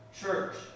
church